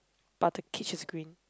but the cage is green